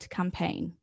campaign